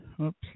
Oops